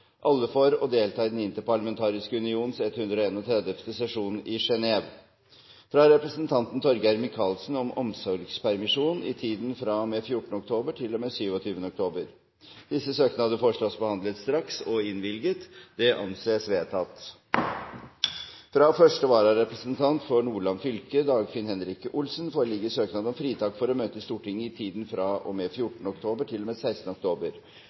alle for å delta i Den interparlamentariske unions 131. sesjon i Genève fra representanten Torgeir Micaelsen om omsorgspermisjon i tiden fra og med 14. oktober til og med 27. oktober Disse søknader foreslås behandlet straks og innvilget. – Det anses vedtatt. Fra første vararepresentant for Nordland fylke, Dagfinn Henrik Olsen, foreligger søknad om fritak for å møte i Stortinget i tiden fra og med 14. oktober til og med 16. oktober.